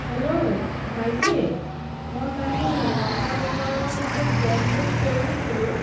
hello ভাইটি মই কালি নটা বজাত যে কেব বুক কৰিছিলোঁ